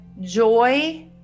joy